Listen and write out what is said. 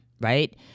right